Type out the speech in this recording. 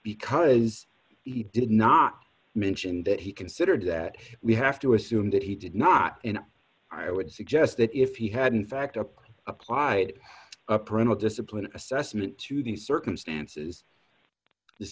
because he did not mention that he considered that we have to assume that he did not in i would suggest that if he hadn't factor applied a parental discipline assessment to the circumstances this